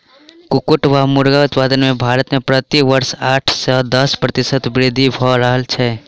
कुक्कुट वा मुर्गी उत्पादन मे भारत मे प्रति वर्ष आठ सॅ दस प्रतिशत वृद्धि भ रहल छै